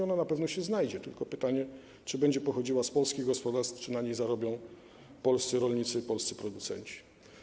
Ona na pewno się znajdzie, tylko pytanie, czy będzie pochodziła z polskich gospodarstw, czy na niej zarobią polscy rolnicy, polscy producenci.